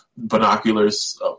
binoculars